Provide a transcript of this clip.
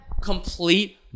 complete